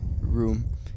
room